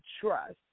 trust